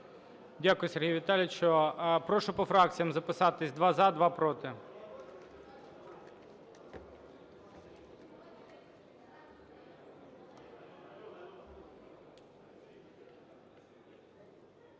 Дякую, Сергію Віталійовичу. Прошу по фракціях записатись два – за, два – проти.